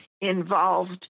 involved